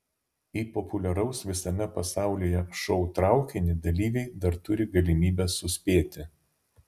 į populiaraus visame pasaulyje šou traukinį dalyviai dar turi galimybę suspėti